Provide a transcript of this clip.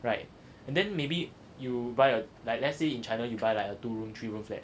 right and then maybe you buy a like let's say in china you buy like a two room three room flat